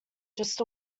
just